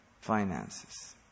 finances